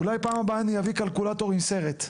אולי פעם הבאה אני אביא קלקולטור עם סרט.